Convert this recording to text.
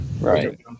right